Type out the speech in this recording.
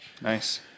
Nice